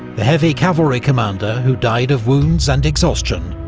the heavy cavalry commander, who died of wounds and exhaustion,